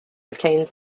retains